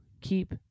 keep